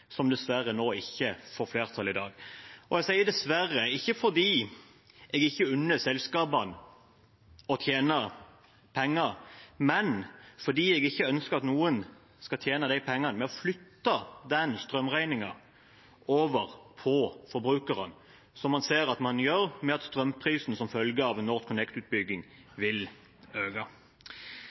som dessverre ikke får flertall nå i dag. Jeg sier dessverre – ikke fordi jeg ikke unner selskapene å tjene penger, men fordi jeg ikke ønsker at noen skal tjene de pengene ved å flytte strømregningen over på forbrukeren, som man ser at man gjør ved at strømprisen som følge av NorthConnect-utbygging vil øke.